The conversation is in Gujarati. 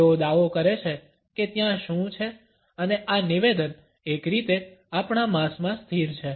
તેઓ દાવો કરે છે કે ત્યાં શું છે અને આ નિવેદન એક રીતે આપણા માંસમાં સ્થિર છે